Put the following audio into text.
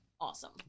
awesome